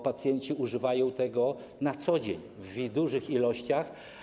Pacjenci używają tego na co dzień w dużych ilościach.